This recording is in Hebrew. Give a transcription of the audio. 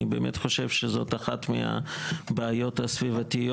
אני בהחלט חושב שזו אחת מהבעיות הסביבתיות